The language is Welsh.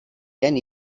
gen